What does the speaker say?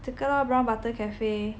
这个咯 Brown Butter Cafe